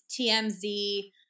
tmz